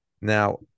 Now